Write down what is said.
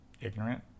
ignorant